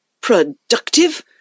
Productive